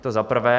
To za prvé.